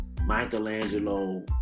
Michelangelo